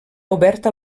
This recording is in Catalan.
oberta